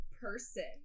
person